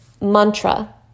mantra